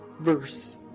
verse